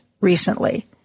recently